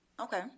Okay